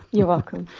you're welcome.